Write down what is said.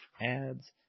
Ads